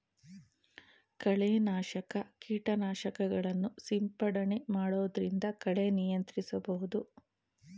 ಕಳೆ ನಾಶಕ ಕೀಟನಾಶಕಗಳನ್ನು ಸಿಂಪಡಣೆ ಮಾಡೊದ್ರಿಂದ ಕಳೆ ನಿಯಂತ್ರಿಸಬಹುದು